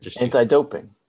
Anti-doping